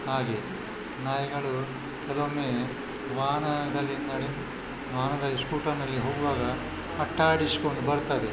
ಹಾಗೆ ನಾಯಿಗಳು ಕೆಲವೊಮ್ಮೆ ವಾಹನದಲ್ಲಿ ವಾಹನದಲ್ಲಿ ಸ್ಕೂಟರಿನಲ್ಲಿ ಹೋಗುವಾಗ ಅಟ್ಟಾಡಿಸಿಕೊಂಡು ಬರ್ತದೆ